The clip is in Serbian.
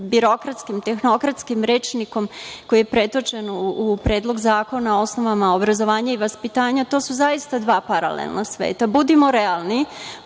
birokratskim, tehnokratskim rečnikom, koji je pretočen u Predlog zakona o osnovama obrazovanja i vaspitanja, to su zaista dva paralelna sveta. Budimo realni,